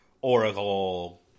Oracle